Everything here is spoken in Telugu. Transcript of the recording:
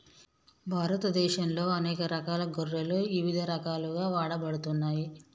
భారతదేశంలో అనేక రకాల గొర్రెలు ఇవిధ రకాలుగా వాడబడుతున్నాయి